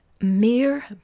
Mere